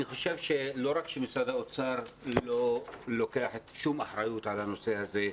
אני חושב שלא רק משרד האוצר לא לוקח שום אחריות על הנושא הזה,